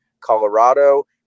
Colorado